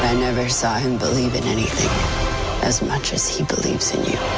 never saw him believe in anything as much as he believes in you.